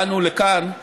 באנו לכאן,